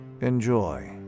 Enjoy